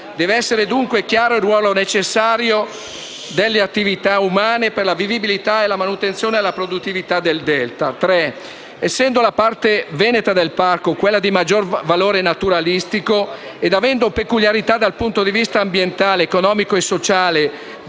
Deve essere dunque chiaro il ruolo necessario delle attività umane per la vivibilità, la manutenzione e la produttività del Delta. Essendo la parte veneta del parco quella di maggior valore naturalistico e avendo peculiarità del punto di vista ambientale economico e sociale del tutto